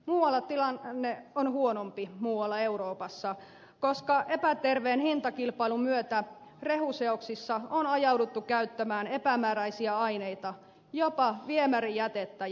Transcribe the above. muualla euroopassa tilanne on huonompi koska epäterveen hintakilpailun myötä rehuseoksissa on ajauduttu käyttämään epämääräisiä aineita jopa viemärijätettä ja lantaa